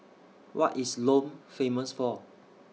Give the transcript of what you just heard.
What IS Lome Famous For